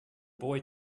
boy